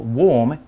warm